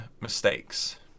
mistakes